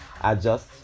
adjust